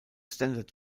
standard